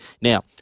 Now